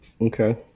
Okay